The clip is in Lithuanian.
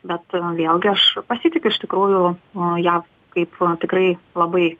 bet vėlgi aš pasitikiu iš tikrųjų nu jaf kaip tikrai labai